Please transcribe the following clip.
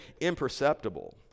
imperceptible